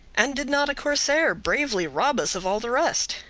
and did not a corsair bravely rob us of all the rest?